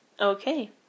Okay